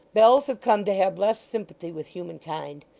bells have come to have less sympathy with humankind.